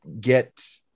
get